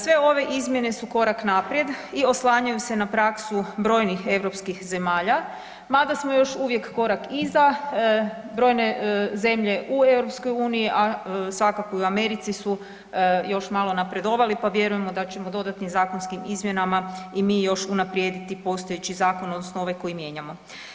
Sve ove izmjene su korak naprijed i oslanjaju se na praksu brojnih europskih zemalja mada smo još uvijek korak iza brojne zemlje u EU, a svakako i u Americi su još malo napredovali pa vjerujemo da ćemo dodatnim zakonskim izmjenama i mi još unaprijediti postojeći zakon odnosno ovaj koji mijenjamo.